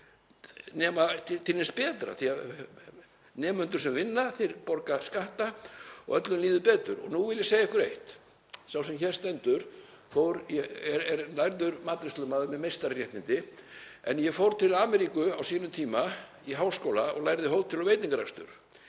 því að nemendur sem vinna borga skatta og öllum líður betur. Og nú vil ég segja ykkur eitt: Sá sem hér stendur er lærður matreiðslumaður með meistararéttindi, en ég fór til Ameríku á sínum tíma í háskóla og lærði hótel- og veitingarekstur.